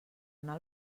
anar